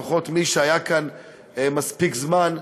לפחות למי שהיה כאן מספיק זמן,